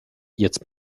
jetzt